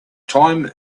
time